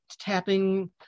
tapping